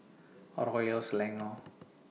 Royal Selangor